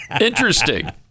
Interesting